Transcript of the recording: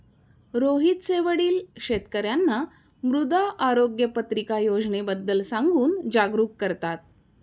रोहितचे वडील शेतकर्यांना मृदा आरोग्य पत्रिका योजनेबद्दल सांगून जागरूक करतात